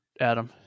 Adam